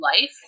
life